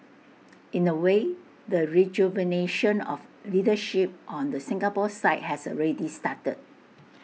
in A way the rejuvenation of leadership on the Singapore side has already started